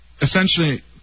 essentially